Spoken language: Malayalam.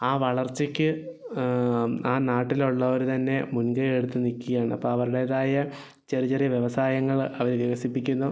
ആ വളർച്ചയ്ക്ക് ആ നാട്ടിലുള്ളവർ തന്നെ മുൻകൈ എടുത്ത് നിൽക്കുകയാണ് അപ്പോൾ അവരുടേതായ ചെറിയ ചെറിയ വ്യവസായങ്ങൾ അവർ വികസിപ്പിക്കുന്നു